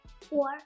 Four